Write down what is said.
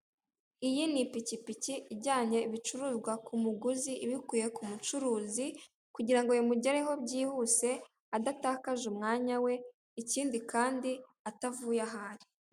Iyi ni ipikipiki ijyanye ibicuruzwa ku muguzi ibikuye ku mucuruzi kugira ngo bimugereho byihuse adatakaje umwanya we ikindi kandi atavuye aho ari.